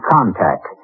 Contact